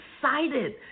excited